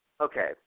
okay